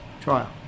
trial